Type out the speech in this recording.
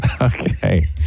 Okay